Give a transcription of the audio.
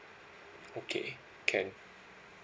okay can